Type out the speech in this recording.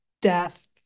death